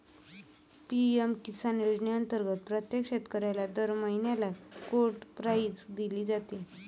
PM Kisan योजनेअंतर्गत प्रत्येक शेतकऱ्याला दर महिन्याला कोड प्राईज दिली जाते